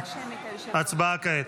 הצבעה כעת.